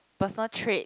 personal trait